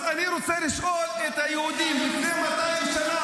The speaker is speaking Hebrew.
אז אני רוצה לשאול את היהודים: לפני 200 שנה,